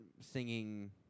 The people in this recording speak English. singing